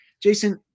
Jason